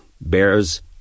bears